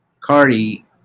Cardi